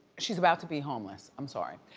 she's about to be homeless, i'm sorry.